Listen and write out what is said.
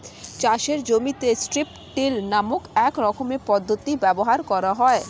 চাষের জমিতে strip till নামক এক রকমের পদ্ধতি ব্যবহার করা হয়